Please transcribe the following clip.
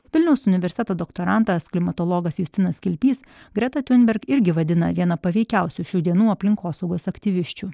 vilniaus universiteto doktorantas klimatologas justinas kilpys greta tiunberg irgi vadina viena paveikiausių šių dienų aplinkosaugos aktyvisčių